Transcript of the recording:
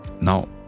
Now